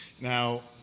Now